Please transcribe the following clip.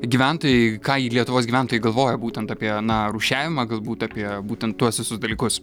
gyventojai ką lietuvos gyventojai galvoja būtent apie na rūšiavimą galbūt apie būtent tuos visus dalykus